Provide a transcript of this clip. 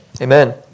Amen